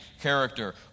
character